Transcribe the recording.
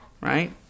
right